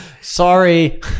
Sorry